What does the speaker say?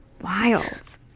Wild